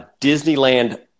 Disneyland